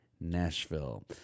nashville